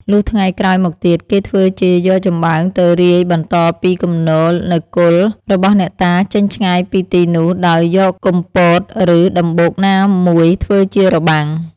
លុះថ្ងៃក្រោយមកទៀតគេធ្វើជាយកចំបើងទៅរាយបន្តពីគំនរនៅគល់ របស់អ្នកតាចេញឆ្ងាយពីទីនោះដោយយកគុម្ពោត ឬ ដំបូកណាមួយធ្វើជារបាំង។